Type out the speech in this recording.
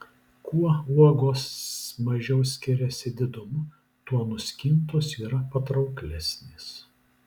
kuo uogos mažiau skiriasi didumu tuo nuskintos yra patrauklesnės